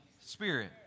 Spirit